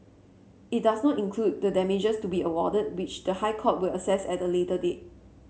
it does not include the damages to be awarded which the High Court will assess at a later date